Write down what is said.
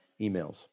emails